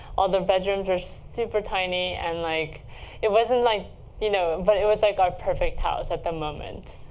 all the bedrooms were super tiny. and like it wasn't like you know, but it was, like, our perfect house at the moment